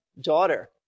daughter